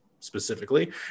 specifically